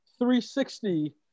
360